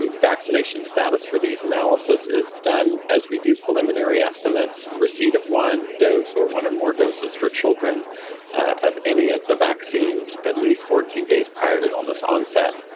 um vaccination status for these analyses is done as we do preliminary estimates, receipt of one dose or one or more doses for children of any of the vaccines at least fourteen days prior to illness onset,